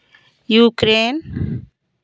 Ukraine